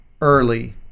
early